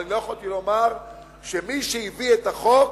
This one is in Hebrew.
אבל אני לא יכולתי לומר שמי שהביא את החוק